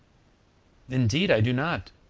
indeed i do not.